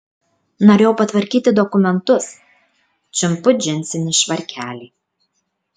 norėjau patvarkyti dokumentus čiumpu džinsinį švarkelį